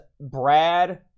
Brad